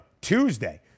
Tuesday